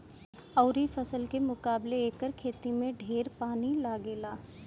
अउरी फसल के मुकाबले एकर खेती में ढेर पानी लागेला